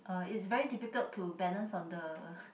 uh it's very difficult to balance on the